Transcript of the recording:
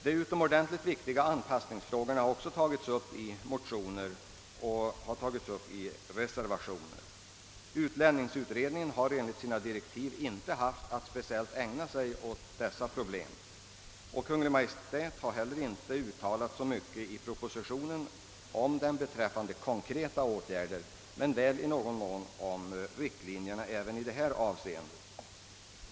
De utomordentligt viktiga anpassningsfrågorna har också tagits upp i motioner och i reservationer. Utlänningsutredningen har enligt sina direktiv inte haft att speciellt ägna sig åt dessa problem, och Kungl. Maj:t har inte heller sagt så mycket i propositionen om konkreta åtgärder härvidlag men väl i någon mån berört riktlinjerna även i detta avseende.